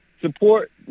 support